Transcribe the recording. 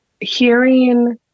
hearing